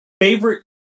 Favorite